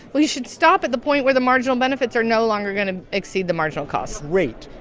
well, you should stop at the point where the marginal benefits are no longer going to exceed the marginal costs great.